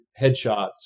headshots